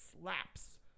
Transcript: slaps